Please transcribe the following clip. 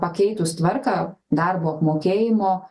pakeitus tvarką darbo apmokėjimo